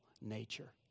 nature